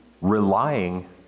relying